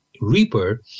Reaper